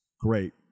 great